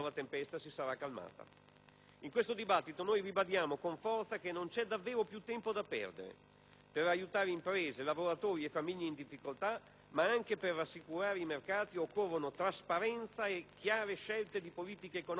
In questo dibattito noi ribadiamo con forza che non c'è davvero più tempo da perdere: per aiutare imprese, lavoratori e famiglie in difficoltà, ma anche per rassicurare i mercati occorrono trasparenza e chiare scelte di politica economica contro la recessione.